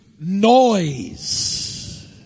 noise